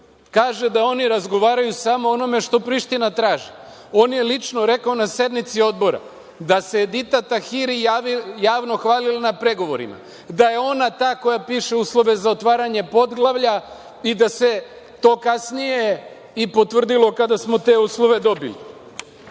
Kaže da oni razgovaraju samo o onome što Priština traži. On je lično rekao na sednici odbora da se Edita Tahiri javno hvalila na pregovorima da je ona ta koja piše uslove za otvaranje poglavlja i da se to kasnije i potvrdilo kada smo te uslove i